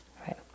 right